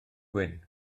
gwyn